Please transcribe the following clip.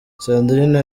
sandrine